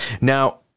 Now